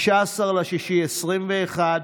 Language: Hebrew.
15 ביוני 2021,